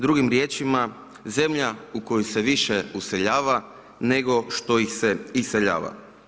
Drugim riječima, zemlja u koju se više useljava, nego što ih se iseljava.